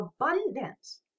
abundance